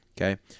Okay